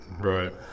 Right